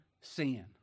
sin